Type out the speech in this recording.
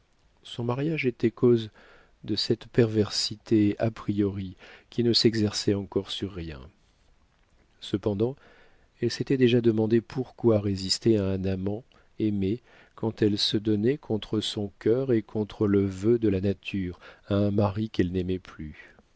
son mariage était cause de cette perversité à priori qui ne s'exerçait encore sur rien cependant elle s'était déjà demandé pourquoi résister à un amant aimé quand elle se donnait contre son cœur et contre le vœu de la nature à un mari qu'elle n'aimait plus